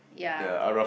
ya